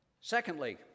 Secondly